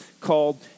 called